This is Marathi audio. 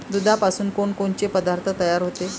दुधापासून कोनकोनचे पदार्थ तयार होते?